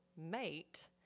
mate